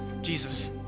Jesus